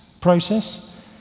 process